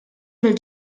mill